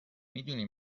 میدونی